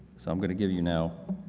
so i'm going to give you now